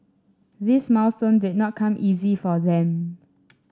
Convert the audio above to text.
this milestone did not come easy for them